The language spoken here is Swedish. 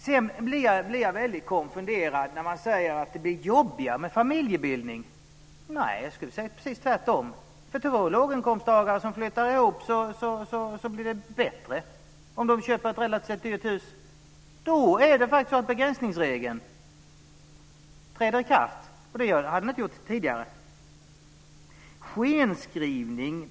Sedan blir jag väldigt konfunderad när man säger att det blir jobbigare med familjebildning. Nej, jag skulle vilja säga precis tvärtom. För två låginkomsttagare som flyttar ihop blir det bättre om de köper ett relativt sett dyrt hus. Då träder faktiskt begränsningsregeln i kraft, vilket den inte hade gjort tidigare. Det talas om skenskrivning.